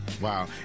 Wow